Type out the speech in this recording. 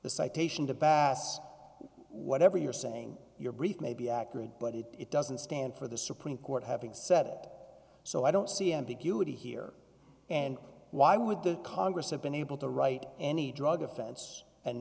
the citation to us whatever you're saying your breath may be accurate but it it doesn't stand for the supreme court having said it so i don't see ambiguity here and why would the congress have been able to write any drug offense and